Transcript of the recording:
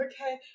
okay